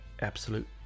absolute